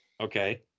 okay